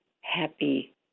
happy